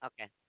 Okay